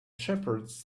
shepherds